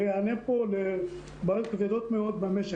ויענה פה לבעיות כבדות מאוד במשק.